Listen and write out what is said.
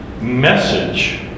message